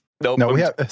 No